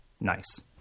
nice